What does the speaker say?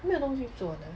都没有东西做的